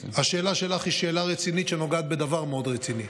השאלה שלך היא שאלה רצינית שנוגעת בדבר מאד רציני,